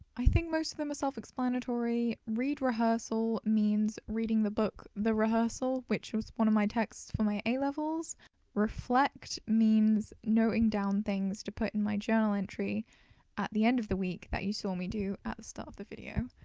i think most of them are self-explanatory read rehearsal means reading the book the rehearsal which is one of my texts for my a-levels reflect means noting down things to put in my journal entry at the end of the week that you saw me do at start the video.